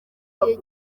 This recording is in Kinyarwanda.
igihe